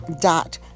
dot